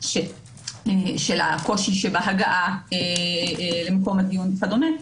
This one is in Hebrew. של הקושי שבהגעה למקום הדיון וכדומה,